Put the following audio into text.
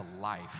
life